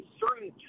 certain